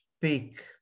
speak